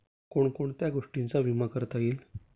कोण कोणत्या गोष्टींचा विमा करता येईल?